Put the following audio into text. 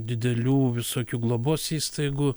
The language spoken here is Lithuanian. didelių visokių globos įstaigų